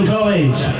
College